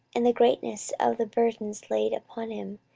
and the greatness of the burdens laid upon him,